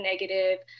negative